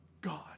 God